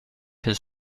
his